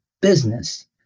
business